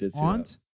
aunt